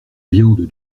viande